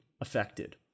affected